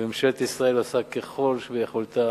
וממשלת ישראל עושה ככל שביכולתה.